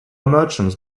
merchants